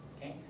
okay